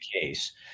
case